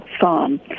Farm